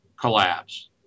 collapse